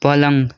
पलङ